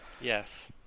Yes